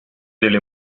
delle